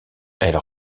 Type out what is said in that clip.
elles